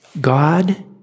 God